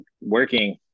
working